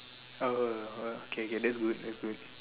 oh oh oh okay okay that's good that's good